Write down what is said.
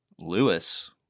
Lewis